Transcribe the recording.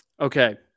Okay